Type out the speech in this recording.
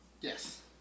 Yes